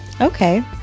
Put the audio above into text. Okay